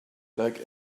like